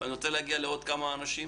אני רוצה להגיע לעוד כמה אנשים.